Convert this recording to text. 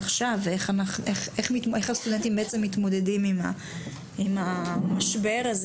עכשיו ואיך הסטודנטים בעצם מתמודדים עם המשבר הזה,